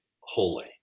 holy